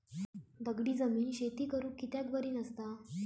दगडी जमीन शेती करुक कित्याक बरी नसता?